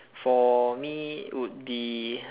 for me would be